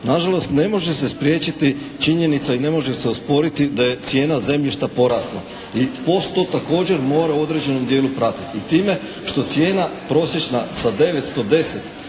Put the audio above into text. Na žalost ne može se spriječiti činjenica i ne može se osporiti da je cijena zemljišta porasla i POS to također mora u određenom dijelu pratiti. Time što cijena prosječna sa 910